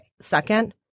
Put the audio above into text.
Second